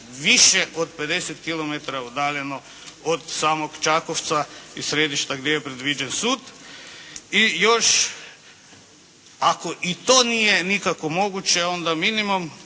više od 50 km udaljeno od samog Čakovca i središta gdje je predviđen sud. I još ako i to nije nikako moguće onda minimum